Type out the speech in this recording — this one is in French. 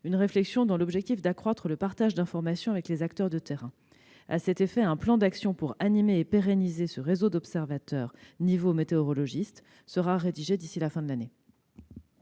une réflexion en vue d'accroître le partage d'informations avec les acteurs de terrain. À cet effet, un plan d'actions pour animer et pérenniser le réseau d'observateurs nivo-météorologistes sera établi d'ici à la fin de l'année.